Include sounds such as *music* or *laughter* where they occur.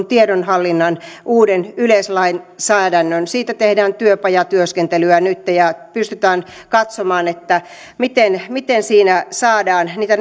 *unintelligible* tiedonhallinnan uuden yleislainsäädännön siitä tehdään työpajatyöskentelyä nytten ja pystytään katsomaan miten miten siinä saadaan niitä *unintelligible*